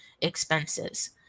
expenses